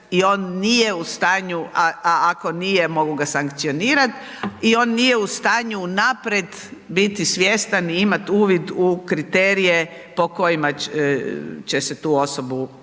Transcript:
i on nije u stanju, a ako nije mogu ga sankcionirat, i on nije u stanju u naprijed biti svjestan i imat uvid u kriterije po kojima će se tu osobu dakle